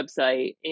website